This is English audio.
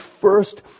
first